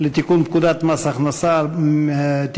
לתיקון פקודת מס הכנסה (מס'